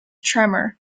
tremor